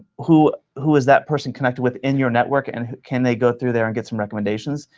who who is that person connected with in your network, and can they go through there and get some recommendations?